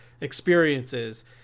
experiences